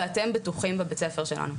ואתם בטוחים בבית ספר שלנו.